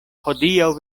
hodiaŭ